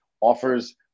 offers